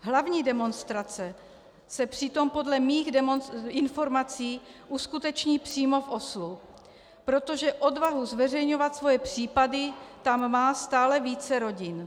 Hlavní demonstrace se přitom podle mých informací uskuteční přímo v Oslu, protože odvahu zveřejňovat svoje případy tam má stále více rodin.